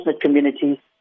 community